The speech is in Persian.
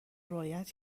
رویت